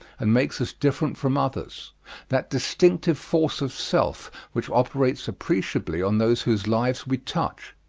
and makes us different from others that distinctive force of self which operates appreciably on those whose lives we touch.